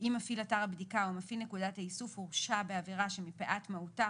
אם מפעיל אתר הבדיקה או מפעיל נקודת האיסוף הורשע בעבירה שמפאת מהותה,